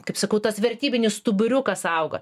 kaip sakau tas vertybinis stuburiukas auga